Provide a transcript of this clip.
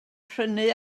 prynu